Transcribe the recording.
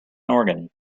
organ